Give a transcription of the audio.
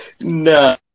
No